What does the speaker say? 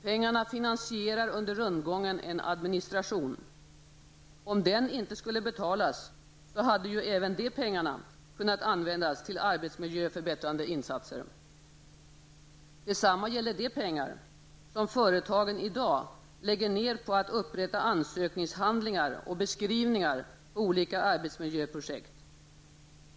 Pengarna finansierar under rundgången en administration. Om den inte skulle betalas hade även de pengarna kunnat användas till arbetsmiljöförbättrande insatser. Detsamma gäller de pengar som företagen i dag lägger ned på att upprätta ansökningshandlingar och beskrivningar på olika arbetsmiljöprojekt.